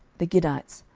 the gittites,